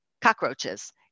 cockroaches